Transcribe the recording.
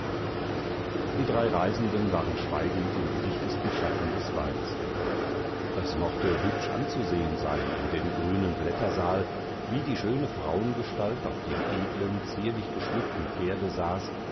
die drei reisenden waren schweigend in die dichtesten schatten des waldes gelangt es mochte hübsch anzusehen sein in dem grünen blättersaal wie die schöne frauengestalt auf dem edlen zierlich geschmückten pferde saß